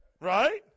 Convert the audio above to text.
Right